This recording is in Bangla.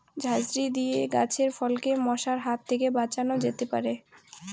ঝাঁঝরি দিয়ে গাছের ফলকে মশার হাত থেকে বাঁচানো যেতে পারে?